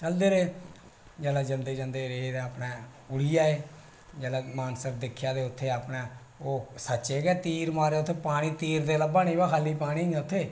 चलदे रेह् जेल्लै जंदे जंदे रेह् ते अपने मुड़ी आए जेल्लै मानसर दिक्खेआ ते उत्थै अपने ओह् सच्चें गै तीर मारे दा उत्थै पानी तीर ते लब्भा नेईं खाली पानी गै उत्थै